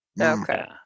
Okay